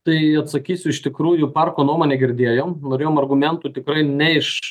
tai atsakysiu iš tikrųjų parko nuomonę girdėjom norėjom argumentų tikrai ne iš